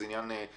זה עניין ניסוחי.